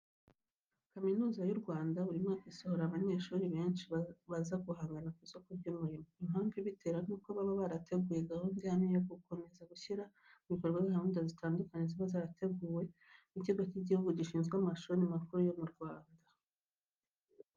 Kaminuza y'u Rwanda, buri mwaka isohora abanyeshuri benshi baza guhanganga ku isoko ry'umurimo. Impamvu ibitera nuko baba barateguye gahunda ihamye yo gukomeza gushyira mu bikorwa gahunda zitandukanye ziba zarateguwe n'ikigo cy'igihugu gishinzwe amashuri makuru yo mu Rwanda.